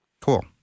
Cool